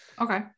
okay